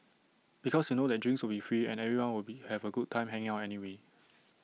because you know that drinks will free and everyone will be have A good time hanging out anyway